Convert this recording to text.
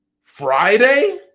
Friday